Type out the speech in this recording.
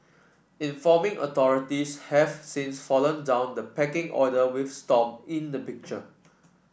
informing authorities has since fallen down the pecking order with Stomp in the picture